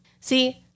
See